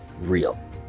real